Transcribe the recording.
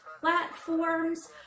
platforms